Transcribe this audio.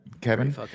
Kevin